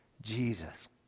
Jesus